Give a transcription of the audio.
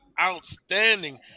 outstanding